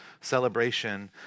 celebration